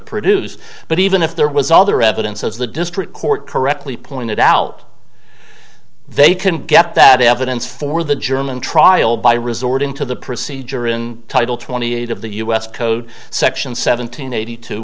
produce but even if there was other evidence of the district court correctly pointed out they can get that evidence for the german trial by resorting to the procedure in title twenty eight of the u s code section seven hundred eighty two